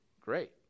great